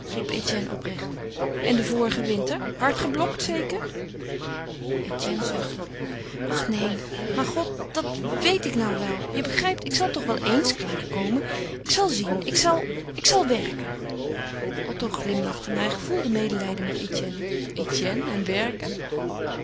oprecht en den vorigen winter hard geblokt zeker etienne zuchtte ach neen maar god dat weet ik nou wel je begrijpt ik zal toch wel eens klaar komen ik zal zien ik zal ik zal werken otto glimlachte maar hij gevoelde medelijden met etienne etienne en werken